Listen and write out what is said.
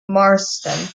marston